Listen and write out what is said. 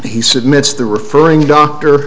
he said midst the referring doctor